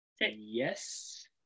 Yes